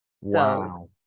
Wow